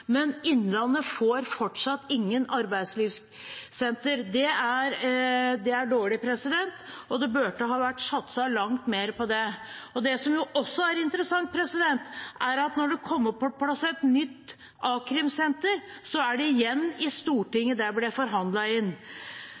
Innlandet får fortsatt ingen arbeidskrimsenter. Det er dårlig, og det burde ha vært satset langt mer på det. Det som også er interessant, er at når det kommer på plass et nytt a-krimsenter, er det igjen i Stortinget det ble forhandlet inn.